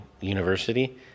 University